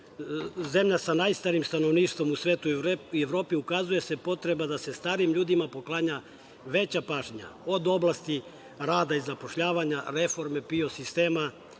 zemlja sa najstarijim stanovništvom u svetu i Evropi, ukazuje se potreba da se starim ljudima poklanja veća pažnja, od oblasti rada i zapošljavanja, reformi PIO sistema,